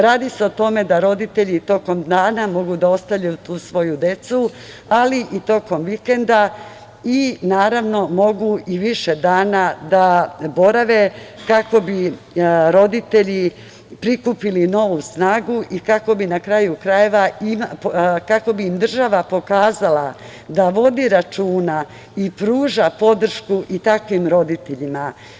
Radi se o tome da roditelji tokom dana mnogu da ostavljaju tu svoju decu, ali i tokom vikenda i, naravno, mogu i više dana da borave kako bi roditelji prikupili novu snagu i kako bi im država pokazala da vode računa i pruža podršku i takvim roditeljima.